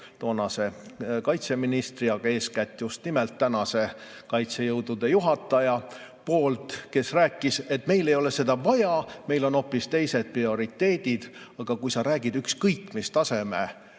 toonase kaitseministri, aga eeskätt just nimelt tänase kaitsejõudude juhataja poolt, kes rääkis, et meil ei ole seda vaja, meil on hoopis teised prioriteedid. Aga kui sa räägid ükskõik mis taseme